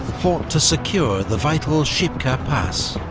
fought to secure the vital shipka pass.